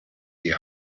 die